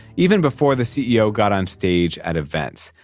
even before the ceo got on stage at events.